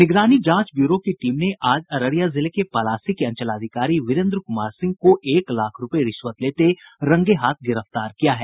निगरानी जांच ब्यूरो की टीम ने आज अररिया जिले के पलासी के अंचलाधिकारी वीरेन्द्र कुमार सिंह को एक लाख रूपये रिश्वत लेते रंगे हाथ गिरफ्तार किया है